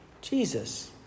Jesus